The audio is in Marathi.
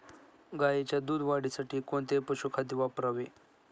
गाईच्या दूध वाढीसाठी कोणते पशुखाद्य वापरावे?